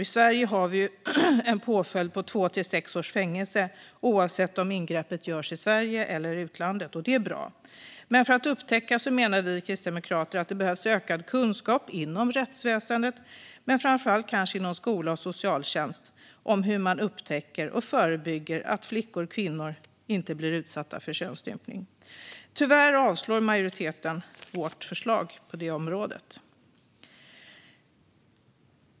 I Sverige har vi en påföljd på två till sex års fängelse oavsett om ingreppet görs i Sverige eller i utlandet. Det är bra. Men för att man ska kunna upptäcka det här menar vi kristdemokrater att det behövs ökad kunskap inom rättsväsendet, men kanske framför allt inom skola och socialtjänst, om hur man upptäcker och förebygger att flickor och kvinnor blir utsatta för könsstympning. Tyvärr avslår majoriteten vårt förslag på området.